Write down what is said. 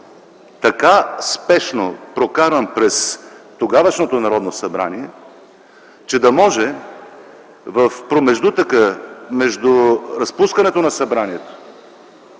така спешно прокаран през тогавашното Народно събрание, че да може в промеждутъка между разпускането на Събранието